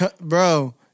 Bro